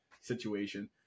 situation